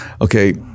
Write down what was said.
okay